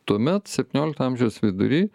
tuomet septyniolikto amžiaus vidury